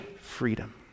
freedom